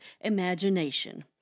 imagination